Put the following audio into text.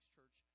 Church